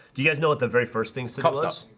do you guys know what the very first things tickles?